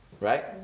right